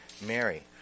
Mary